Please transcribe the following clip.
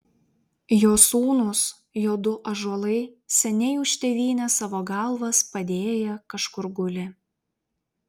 jo sūnūs jo du ąžuolai seniai už tėvynę savo galvas padėję kažkur guli